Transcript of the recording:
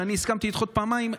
שאני הסכמתי לדחות פעמיים,